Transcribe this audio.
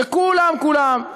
שכולם כולם,